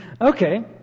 Okay